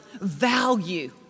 value